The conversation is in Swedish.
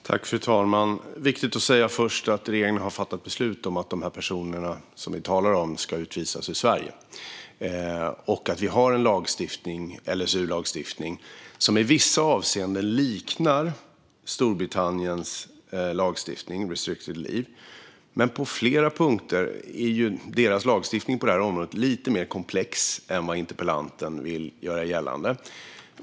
Fru talman! Först är det viktigt att säga att regeringen har fattat beslut om att de personer som vi talar om ska utvisas från Sverige och att vi har en LSU-lagstiftning som i vissa avseenden liknar Storbritanniens lagstiftning restricted leave men att deras lagstiftning inom området på flera punkter är lite mer komplex än vad interpellanten vill göra gällande.